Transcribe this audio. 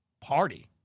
Party